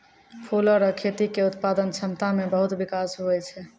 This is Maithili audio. फूलो रो खेती के उत्पादन क्षमता मे बहुत बिकास हुवै छै